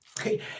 Okay